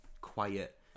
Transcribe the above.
quiet